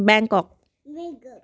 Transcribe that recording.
Bangkok